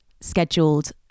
scheduled